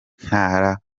ntara